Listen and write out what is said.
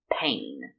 pain